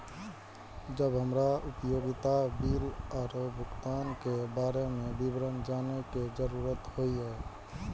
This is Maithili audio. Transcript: जब हमरा उपयोगिता बिल आरो भुगतान के बारे में विवरण जानय के जरुरत होय?